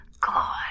God